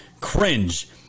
cringe